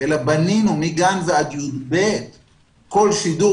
אלא בנינו מגן ועד י"ב כל שידור,